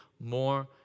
more